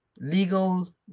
legal